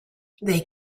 they